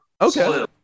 Okay